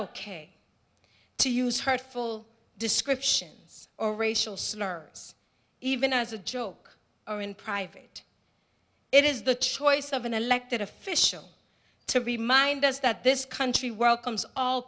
ok to use hurtful descriptions or racial slurs even as a joke or in private it is the choice of an elected official to remind us that this country welcomes all